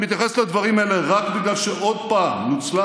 אני מתייחס לדברים האלה רק בגלל שעוד פעם נוצלה